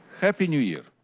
happy new year.